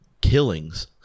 killings